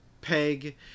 Peg